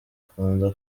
akunda